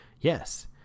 Yes